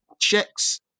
checks